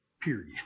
period